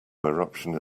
eruption